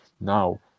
Now